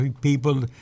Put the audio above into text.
people